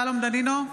שלום דנינו,